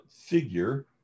figure